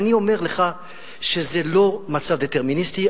ואני אומר לך שזה לא מצב דטרמיניסטי.